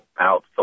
out